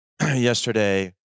Yesterday